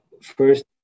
first